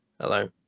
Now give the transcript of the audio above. Hello